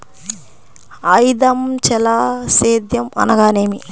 ఐదంచెల సేద్యం అనగా నేమి?